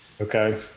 Okay